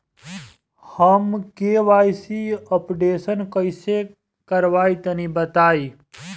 हम KYC updation कइसे करवाई तनि बताई?